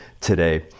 today